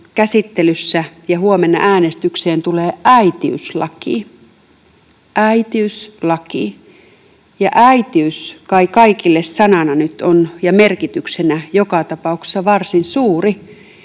käsittelyssä ja huomenna äänestykseen tulee äitiyslaki — äitiyslaki — ja äitiys kai kaikille sanana ja merkityksenä nyt on joka tapauksessa varsin suuri.